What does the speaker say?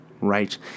right